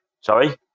Sorry